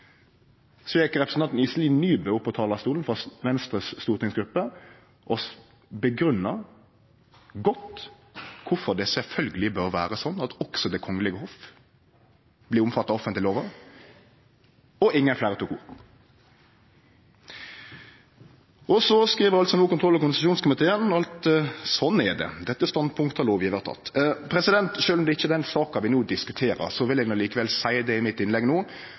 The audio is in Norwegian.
Så gjekk representanten Iselin Nybø, frå stortingsgruppa til Venstre, opp på talarstolen og grunngav godt kvifor det sjølvsagt bør vere slik at også Det kongelege hoff blir omfatta av offentleglova, og ingen fleire tok ordet. Så skriv altså kontroll- og konstitusjonskomiteen no at slik er det – dette standpunktet har lovgjevaren teke. Sjølv om det ikkje er den saka vi no diskuterer, vil eg likevel seie i mitt innlegg no